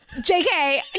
JK